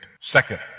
Second